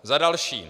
Za další.